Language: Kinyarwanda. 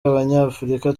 abanyafurika